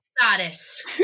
goddess